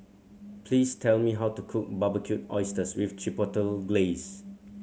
please tell me how to cook Barbecued Oysters with Chipotle Glaze